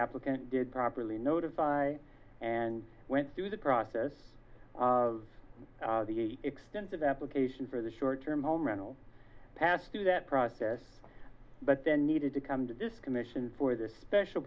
applicant did properly notify and went through the process of the extensive application for the short term home rental passed through that process but then needed to come to this commission for the special